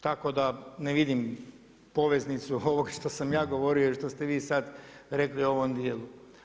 Tako da ne vidim poveznicu ovog što sam ja govorio ili što ste vi sad rekli u ovom dijelu.